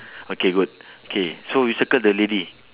okay good K so we circle the lady